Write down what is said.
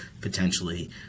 potentially